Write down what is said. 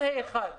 חן יענה לך אחר כך.